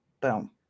Boom